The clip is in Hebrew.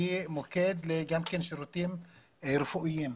היא מוקד לשירותים רפואיים.